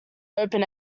open